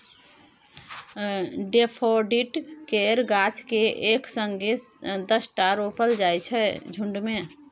daffodil केर गाछ केँ एक संगे दसटा रोपल जाइ छै झुण्ड मे